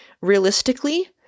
realistically